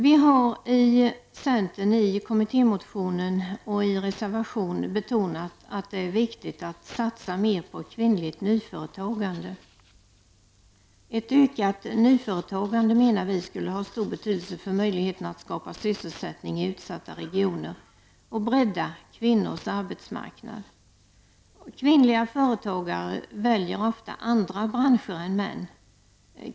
Vi i centern har i kommittémotionen och i reservation betonat att det är viktigt att satsa mer på kvinnligt nyföretagande. Vi menar att ett ökat nyföretagande skulle ha stor betydelse för möjligheterna att skapa sysselsättning i utsatta regioner och bredda kvinnors arbetsmarknad. Kvinnliga företagare väljer ofta andra branscher än män.